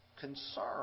concern